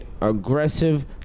aggressive